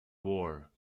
war